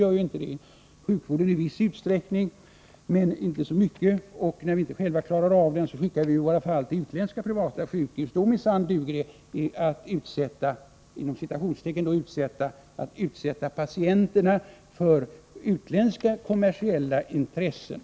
Detta gäller även i viss utsträckning sjukvården, och när vi inte själva klarar av den skickar vi ju våra patienter till utländska privatsjukhus. Då minsann duger det att ”utsätta” patienterna för utländska kommersiella intressen!